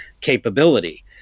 capability